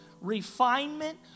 refinement